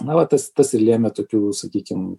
na va tas tas ir lėmė tokių sakykim